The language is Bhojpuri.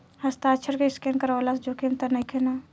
हस्ताक्षर के स्केन करवला से जोखिम त नइखे न?